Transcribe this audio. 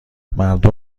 مردم